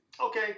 Okay